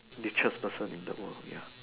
richest person in the world ya